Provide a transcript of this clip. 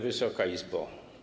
Wysoka Izbo!